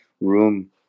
room